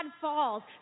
falls